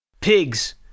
Pigs